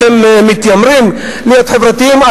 אתם מתיימרים להיות חברתיים,